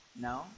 No